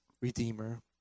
Redeemer